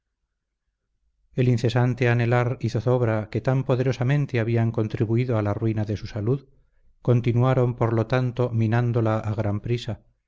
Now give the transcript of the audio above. el incesante anhelar y zozobra que tan poderosamente habían contribuido a la ruina de su salud continuaron por lo tanto minándola a gran prisa